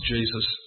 Jesus